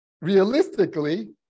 realistically